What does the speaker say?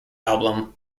album